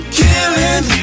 killing